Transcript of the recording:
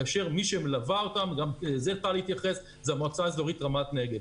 כאשר מי שמלווה אותן זה המועצה האזורית רמת נגב.